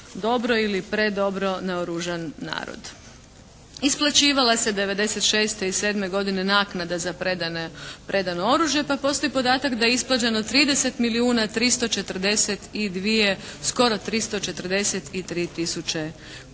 dobro ili predobro naoružan narod. Isplaćivala se 1996. i 1997. godine naknada za predane, predano oružje pa postoji podatak da je ishođeno 30 milijuna 342 skoro 343 tisuće